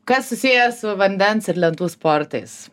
kas susiję su vandens ir lentų sportais